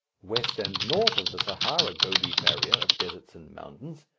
west and north of the sahara gobi barrier of deserts and mountains,